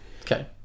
Okay